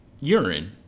urine